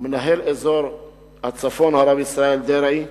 אדוני היושב-ראש, אדוני השר,